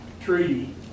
treaty